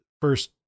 first